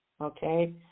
Okay